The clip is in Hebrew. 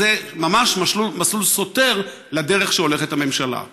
אז זה ממש מסלול סותר לדרך שהולכת בה הממשלה.